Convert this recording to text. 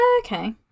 Okay